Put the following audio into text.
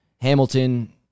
Hamilton